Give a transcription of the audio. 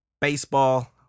baseball